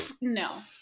No